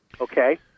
okay